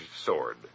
sword